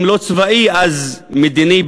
אם לא צבאי אז מדיני,